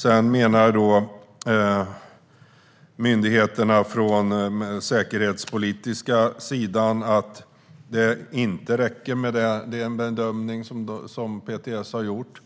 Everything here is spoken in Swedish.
Sedan menade myndigheterna från den säkerhetspolitiska sidan att det inte räckte med den bedömning som PTS gjort.